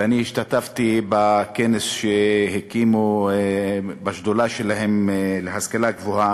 ואני השתתפתי בכנס שקיימו בשדולה שלהן להשכלה גבוהה.